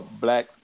black